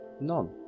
None